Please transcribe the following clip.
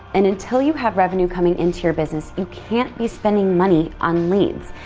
and until you have revenue coming into your business, you can't be spending money on leads,